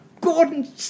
Gordon